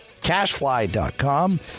Cashfly.com